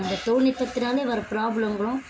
இந்த தொழில்நுட்பத்தினால் வரும் ப்ராப்ளங்களும்